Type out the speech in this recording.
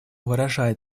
выражает